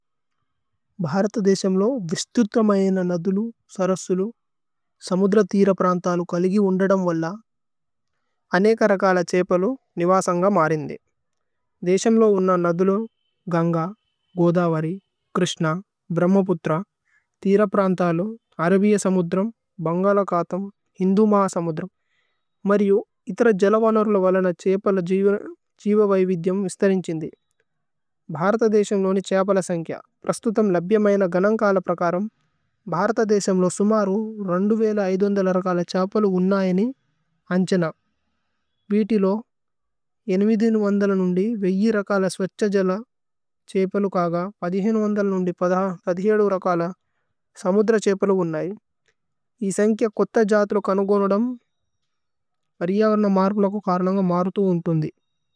ഭ്ഹാര്ത ദേശേമ് ലോ വിസ്തുത്രമയേന നദുലു സരസുലു സമുദ്ര തിരപ്രന്തലു കലിഗിവ് ഉന്രദമ് വല്ല അനേകര കാല ഛേപലു നിവാസന്ഗ മരിന്ദി। ദേശേമ് ലോ ഉന്ന നദുലു ഗന്ഗ, ഗോദവരി, ക്രിശ്ന, ബ്രഹ്മപുത്ര, തിരപ്രന്തലു അരബിയ സമുദ്രമ്, ബന്ഗല കഥമ്, ഹിന്ദു മാ സമുദ്രമ്। മരിയു ഇത്ര ജേലവനോര് ലോ വലന ഛേപലു ജിവവയ് വിദ്യമ് വിസ്തരിന് ഛിന്ദി। ഭ്ഹാര്ത ദേശേമ് ലോ നി ഛേപലു സമ്ക്യ പ്രസ്തുതമ് ലബ്യമയേന ഗനന്ഗല പ്രകരമ്। ഭ്ഹാര്ത ദേശേമ് ലോ സുമരു രകാല ഛേപലു ഉന്ന ഹി അന്ഛന। വിതി ലോ ഏന്മിധി നു വന്ദല നുന്ദി വേഹി രകാല സ്വത്ഛ ജേല ഛേപലു കഗ പധിഹേനു വന്ദല നുന്ദി പധിഹേനു രകാല സമുദ്ര ഛേപലു ഉന്ന ഹി। ഇസമ് ക്യ കോഥ ജഥ്ലു കനുഗോനുദമ് അരിയവര്നോ മര്പുലകു കരനന്ഗ മരുതു ഉന്നുന്ദി।